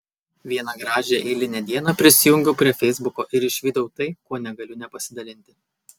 vieną gražią eilinę dieną prisijungiau prie feisbuko ir išvydau tai kuo negaliu nepasidalinti